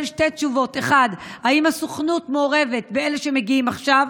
שתי תשובות: 1. האם הסוכנות מעורבת עם אלה שמגיעים עכשיו?